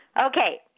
Okay